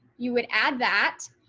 you would add that.